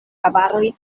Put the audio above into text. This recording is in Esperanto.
avaroj